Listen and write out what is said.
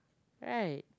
right